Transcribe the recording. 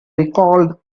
recalled